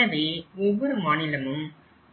எனவே ஒவ்வொரு மாநிலமும்